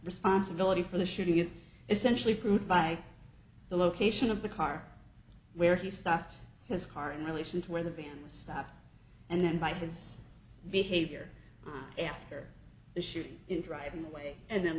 responsibility for the shooting is essentially proved by the location of the car where he stopped his car in relation to where the van was stopped and by his behavior after the shooting in driving away and then